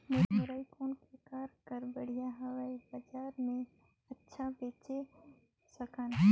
मुरई कौन प्रकार कर बढ़िया हवय? बजार मे अच्छा बेच सकन